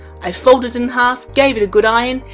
i folded in half, gave it a good iron,